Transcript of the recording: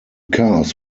cars